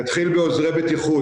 נתחיל בעוזרי בטיחות.